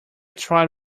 tried